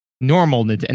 normal